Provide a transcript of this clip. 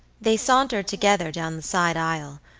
they sauntered together down the side aisle,